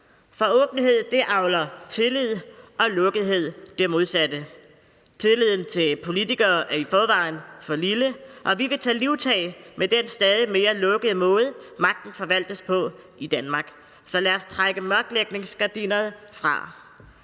for åbenhed avler tillid, og lukkethed avler det modsatte. Tilliden til politikere er i forvejen for lille, og vi vil tage livtag med den stadig mere lukkede måde, magten forvaltes på i Danmark. Så lad os trække mørklægningsgardinet fra.